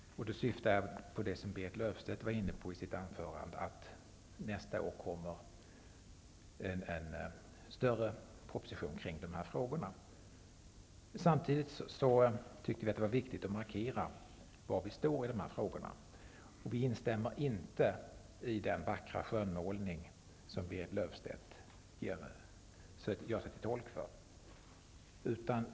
Då syftar jag på det som Berit Löfstedt var inne på i sitt anförande, nämligen att det nästa år kommer en större proposition kring dessa frågor. Samtidigt tyckte vi att det var viktigt att markera var vi står i de här frågorna. Vi instämmer inte i den vackra skönmålning som Berit Löfstedt gör sig till tolk för.